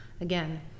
again